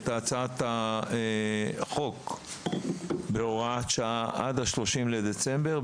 את הצעת החוק בהוראת שעה עד 30 בדצמבר,